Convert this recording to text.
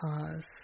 cause